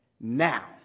now